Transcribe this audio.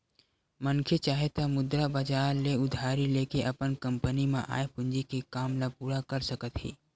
मनखे चाहे त मुद्रा बजार ले उधारी लेके अपन कंपनी म आय पूंजी के काम ल पूरा कर सकत हे